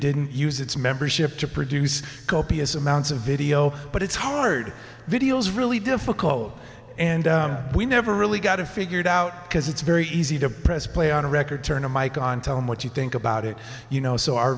didn't use its membership to produce copious amounts of video but it's hard video is really difficult and we never really got it figured out because it's very easy to press play on a record turn of mike on tell me what you think about it you know so our